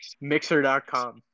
mixer.com